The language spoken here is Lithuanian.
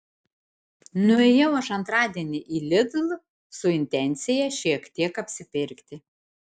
nuėjau aš antradienį į lidl su intencija šiek tiek apsipirkti